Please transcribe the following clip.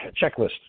checklist